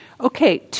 Okay